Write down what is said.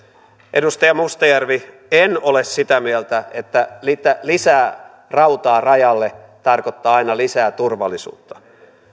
edustaja mustajärvi en ole sitä mieltä että lisää rautaa rajalle tarkoittaa aina lisää turvallisuutta